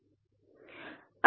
अलविदा